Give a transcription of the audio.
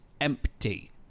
empty